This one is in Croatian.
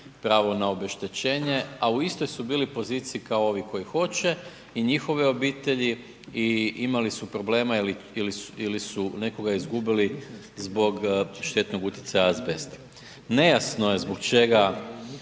pravo na obeštećenje, a u istoj su bili poziciji kao ovi koji hoće i njihove obitelji i imali su problema ili su nekoga izgubili zbog štetnog utjecaja azbesta. Nejasno je zbog čega